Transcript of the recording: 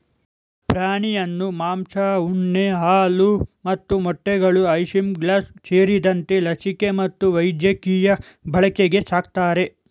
ಪ್ರಾಣಿಯನ್ನು ಮಾಂಸ ಉಣ್ಣೆ ಹಾಲು ಮತ್ತು ಮೊಟ್ಟೆಗಳು ಐಸಿಂಗ್ಲಾಸ್ ಸೇರಿದಂತೆ ಲಸಿಕೆ ಮತ್ತು ವೈದ್ಯಕೀಯ ಬಳಕೆಗೆ ಸಾಕ್ತರೆ